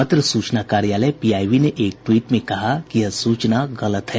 पत्र सूचना कार्यालय पीआईबी ने एक ट्वीट में कहा है कि यह सूचना गलत है